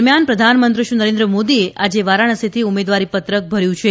દરમિયાન પ્રધાનમંત્રીશ્રી નરેન્દ્ર મોદીએ આજે વારાણસીથી ઉમેદવારીપત્રક ભર્યું છે